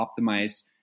optimize